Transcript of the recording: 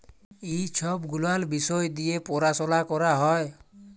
ই ছব গুলাল বিষয় দিঁয়ে পরাশলা ক্যরা হ্যয়